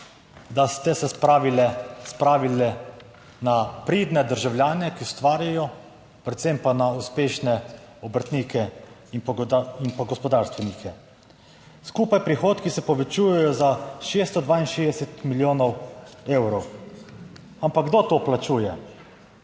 da ste se spravili, spravile na pridne državljane, ki ustvarjajo, predvsem pa na uspešne obrtnike in pa gospodarstvenike. Skupaj prihodki se povečujejo za 662 milijonov evrov. Ampak kdo to plačuje?